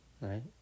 right